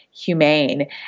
humane